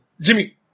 Jimmy